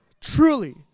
truly